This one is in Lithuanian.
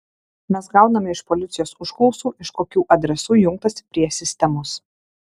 mes gauname iš policijos užklausų iš kokių adresų jungtasi prie sistemos